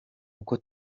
uko